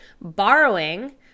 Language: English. borrowing